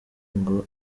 ngo